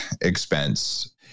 expense